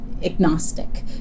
agnostic